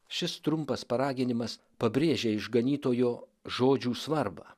šis trumpas paraginimas pabrėžia išganytojo žodžių svarbą